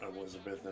Elizabeth